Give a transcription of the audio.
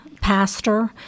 pastor